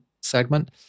segment